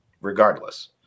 regardless